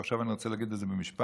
ועכשיו אני רוצה להגיד על זה משפט,